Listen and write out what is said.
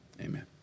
Amen